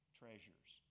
treasures